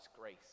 grace